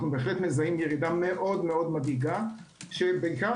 אנו מזהים ירידה מאוד מדאיגה שנובעת בעיקר